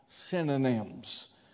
synonyms